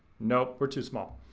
nope, we're too small.